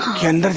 can